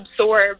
Absorb